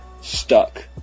stuck